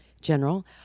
General